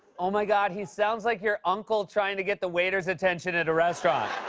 oh, my god. he sounds like your uncle trying to get the waiter's attention at a restaurant.